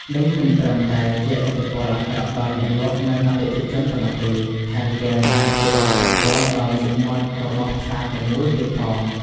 នេះមិនត្រឹមតែជះឥទ្ធិពលអាក្រក់ដល់អ្នកលក់ និងអតិថិជនប៉ុណ្ណោះទេ ថែមទាំងអាចធ្វើឱ្យប៉ះពាល់ដល់មុខមាត់របស់ផ្សារទាំងមូលទៀតផង។